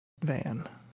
Van